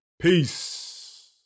Peace